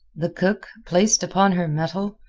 the cook, placed upon her mettle,